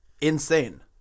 insane